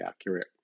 accurate